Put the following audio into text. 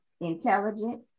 intelligent